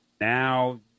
now